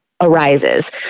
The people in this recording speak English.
arises